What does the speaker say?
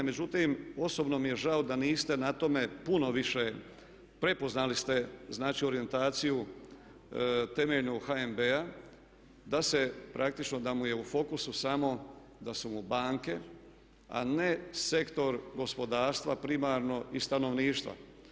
Međutim, osobno mi je žao da niste na tome puno više, prepoznali ste znači orijentaciju temeljnu HNB-a da se praktično, da mu je u fokusu samo, da su mu banke a ne sektor gospodarstva primarno i stanovništva.